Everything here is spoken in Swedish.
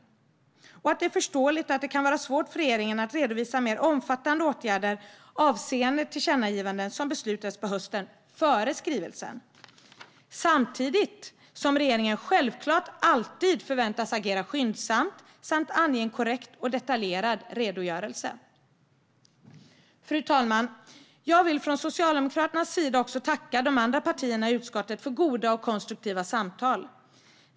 Vi menar också att det är förståeligt att det kan vara svårt för regeringen att redovisa mer omfattande åtgärder avseende tillkännagivanden som beslutades på hösten före skrivelsen samtidigt som regeringen självklart alltid förväntas agera skyndsamt samt ange en korrekt och detaljerad redogörelse. Fru talman! Jag vill från Socialdemokraternas sida tacka de andra partierna i utskottet för goda och konstruktiva samtal.